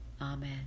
Amen